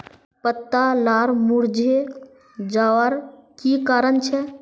पत्ता लार मुरझे जवार की कारण छे?